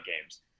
games